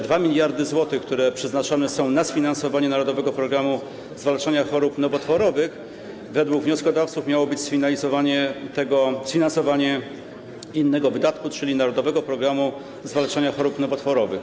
2 mld zł, które przeznaczone są na sfinansowanie „Narodowego programu zwalczania chorób nowotworowych”, według wnioskodawców powinno zostać przeznaczone na sfinansowanie innego wydatku, czyli „Narodowego programu zwalczania chorób nowotworowych”